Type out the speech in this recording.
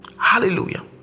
hallelujah